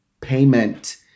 payment